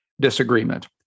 disagreement